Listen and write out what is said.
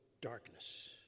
darkness